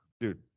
Dude